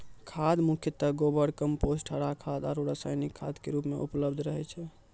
खाद मुख्यतः गोबर, कंपोस्ट, हरा खाद आरो रासायनिक खाद के रूप मॅ उपलब्ध रहै छै